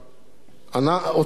אותו לילה,